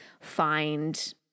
find